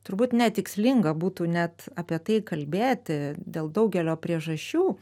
turbūt netikslinga būtų net apie tai kalbėti dėl daugelio priežasčių